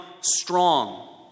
strong